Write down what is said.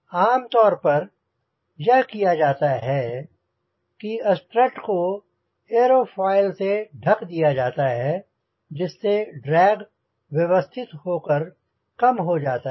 आम तौर पर यह किया जाता है कि स्ट्रट को एयरोफॉयल से ढक दिया जाता है जिससे ड्रैग व्यवस्थित होकर कम हो जाता है